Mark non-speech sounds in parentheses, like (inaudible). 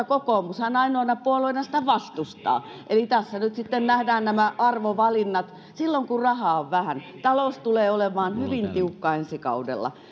(unintelligible) kokoomushan ainoana puolueena sitä vastustaa eli tässä nyt sitten nähdään nämä arvovalinnat silloin kun rahaa on vähän talous tulee olemaan hyvin tiukkaa ensi kaudella (unintelligible)